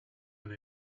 been